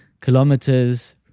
kilometers